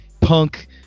punk